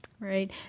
Right